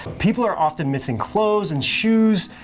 people are often missing clothes and shoes.